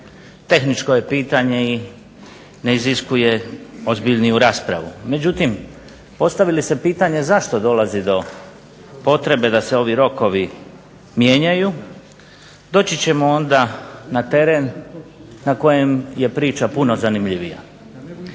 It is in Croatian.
tehničko je pitanje i ne iziskuje ozbiljniju raspravu. Međutim, postavi li se pitanje zašto dolazi do potrebe da se ovi rokovi mijenjaju doći ćemo onda na teren na kojem je priča puno zanimljivija.